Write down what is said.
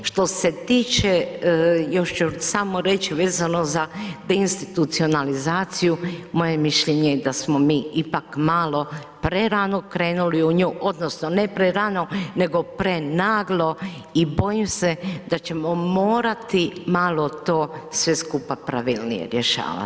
Što se tiče još ću samo reći za deinstitucionalizaciju, moje mišljenje je da smo mi ipak malo prerano krenuli u nju, odnosno, ne prerano, nego prenaglo i bojim se da ćemo morati malo to sve skupa pravilnije rješavati.